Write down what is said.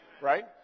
Right